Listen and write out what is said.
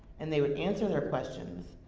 and they would answer their questions,